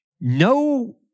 no